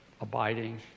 abiding